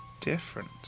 different